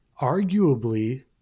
arguably